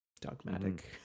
dogmatic